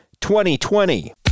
2020